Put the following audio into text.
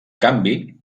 canvi